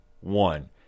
one